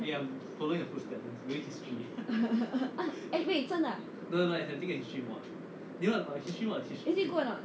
eh wait 真的啊 is it good or not